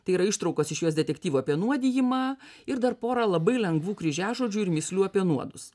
tai yra ištraukos iš jos detektyvo apie nuodijimą ir dar porą labai lengvų kryžiažodžių ir mįslių apie nuodus